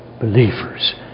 believers